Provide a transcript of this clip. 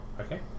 Okay